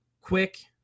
quick